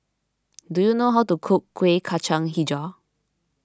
do you know how to cook Kuih Kacang HiJau